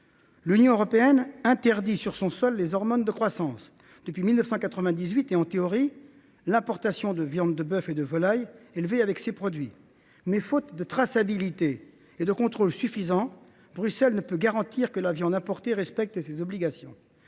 L’Union européenne interdit sur son sol les hormones de croissance depuis 1998 et, en théorie, l’importation de viande de bœuf et de volaille élevés avec ces produits. Mais, faute de traçabilité et de contrôle suffisants, Bruxelles ne peut pas garantir que la viande importée respecte ces obligations.